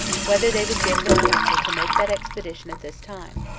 whether they would give them counsel to make that expedition at this time,